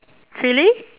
chilli